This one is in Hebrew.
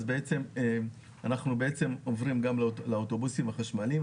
בעצם אנחנו עוברים לאוטובוסים חשמליים,